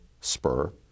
spur